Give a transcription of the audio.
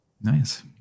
Nice